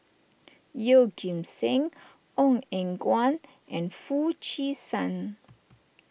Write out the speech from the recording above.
Yeoh Ghim Seng Ong Eng Guan and Foo Chee San